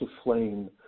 aflame